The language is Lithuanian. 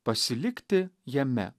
pasilikti jame